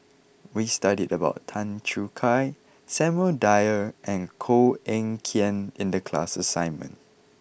we studied about Tan Choo Kai Samuel Dyer and Koh Eng Kian in the class assignment